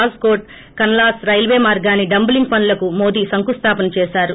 Raj coat Kanalus railway మార్గొన్ని doubling పనులకు మోదీ సంఖుస్తాపన చేశారు